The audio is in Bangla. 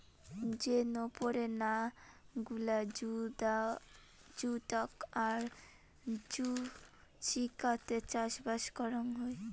যে নপরে না গুলা জুদাগ আর জুচিকাতে চাষবাস করাং হই